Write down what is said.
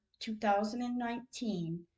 2019